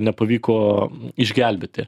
nepavyko išgelbėti